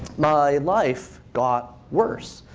my life got worse.